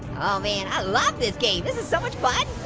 oh man, i love this game. this is so much but